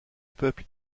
peuple